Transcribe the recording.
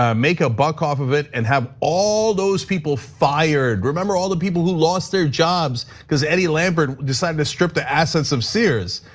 um make a buck off of it and have all those people fired. remember all the people who lost their jobs because eddie lampert decided to strip the assets of sears.